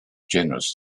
generous